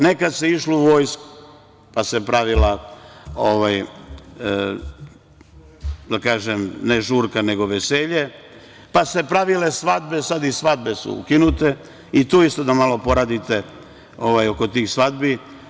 Nekad se išlo u vojsku, pa se pravila ne žurka, nego veselje, pa se pravile svadbe, sad i svadbe su ukinute i tu isto da poradite oko tih svadbi.